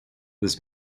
this